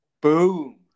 Boom